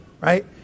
Right